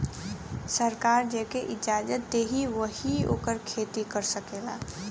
सरकार जेके इजाजत देई वही ओकर खेती कर सकेला